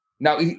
Now